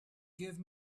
give